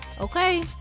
okay